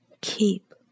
keep